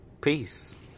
Peace